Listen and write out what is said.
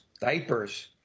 diapers